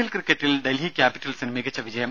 L ക്രിക്കറ്റിൽ ഡൽഹി ക്യാപ്പിറ്റൽസിന് മികച്ച വിജയം